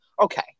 Okay